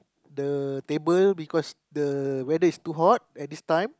the table because the weather is too hot at this time